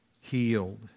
healed